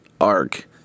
arc